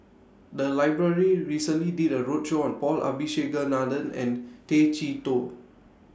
The Library recently did A roadshow on Paul Abisheganaden and Tay Chee Toh